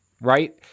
right